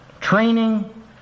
Training